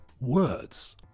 words